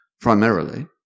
primarily